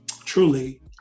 Truly